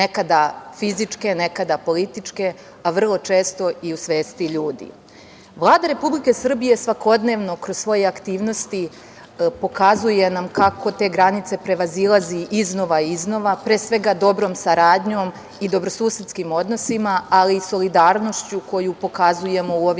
nekada fizičke, nekada političke, a vrlo često i u svesti ljudi. Vlada Republike Srbije svakodnevno, kroz svoje aktivnosti, pokazuje nam kako te granice prevazilazi iznova i iznova, pre svega dobrom saradnjom i dobrosusedskim odnosima, ali i solidarnošću koju pokazujemo u ovim